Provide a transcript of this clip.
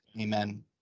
Amen